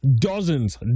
dozens